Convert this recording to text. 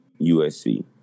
USC